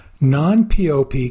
Non-POP